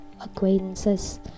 acquaintances